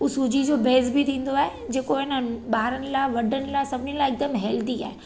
उहो सूजी जो बेस बि थींदो आहे जेको आहे न ॿारनि लाइ वॾनि लाइ सभिनी लाइ हिकदमि हेल्दी आहे